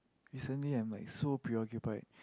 recently I am like so preoccupied